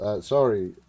Sorry